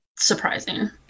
surprising